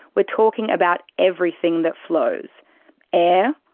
we're talking about everything that flows air,